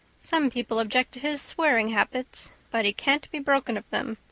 some people object to his swearing habits but he can't be broken of them.